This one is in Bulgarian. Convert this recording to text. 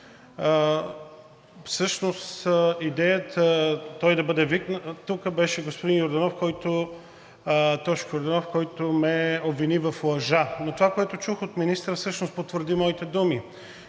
тук беше на господин Йорданов – Тошко Йорданов, който ме обвини в лъжа. Но това, което чух от министъра, всъщност потвърди моите думи,